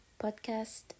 podcast